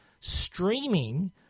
streaming